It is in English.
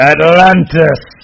Atlantis